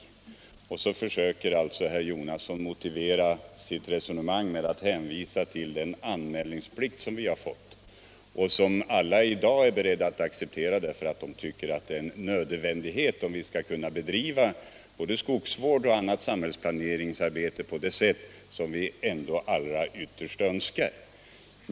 Herr Jonasson försöker att motivera sitt resonemang med att hänvisa till den anmälningsplikt som införts och som alla i dag är beredda att acceptera som en nödvändighet, om vi skall kunna bedriva skogsvård och även annat samhällsarbete på det sätt som vi alla ytterst önskar.